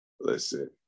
Listen